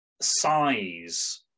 size